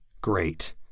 Great